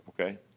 Okay